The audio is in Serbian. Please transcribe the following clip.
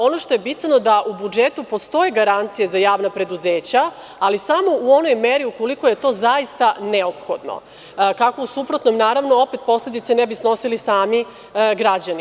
Ono što je bitno je da u budžetu postoje garancije za javna preduzeća, ali samo u onoj meri ukoliko je to zaista neophodno, kako u suprotnom opet posledice ne bi snosili sami građani.